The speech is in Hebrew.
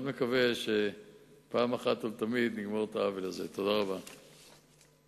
לספק הכשרה מקצועית כנדרש ולשדרג את העובדים מקרב אוכלוסיית צד"ל,